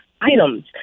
items